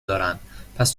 دارن، پس